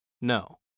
No